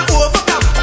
overcome